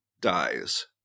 dies